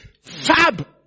fab